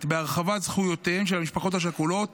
בהרחבת זכויותיהן של המשפחות השכולות